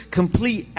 complete